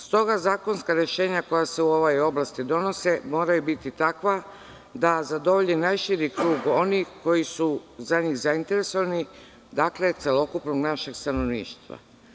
Stoga zakonska rešenja koja se u ovoj oblasti donose moraju biti takva da zadovolje najširi krug onih koji su za njih zainteresovani, dakle, celokupnog našeg stanovništva.